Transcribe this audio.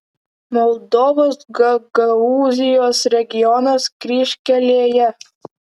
moldovos gagaūzijos regionas kryžkelėje